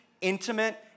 intimate